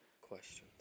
Questions